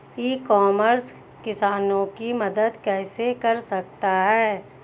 ई commerce किसानों की मदद कैसे कर सकता है?